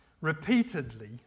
Repeatedly